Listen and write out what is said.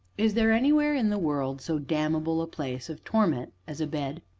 is there anywhere in the world so damnable a place of torment as a bed?